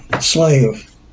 slave